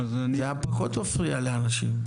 זה היה פחות מפריע לאנשים.